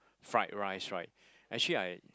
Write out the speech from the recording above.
fried rice right actually I